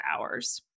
hours